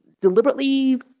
deliberately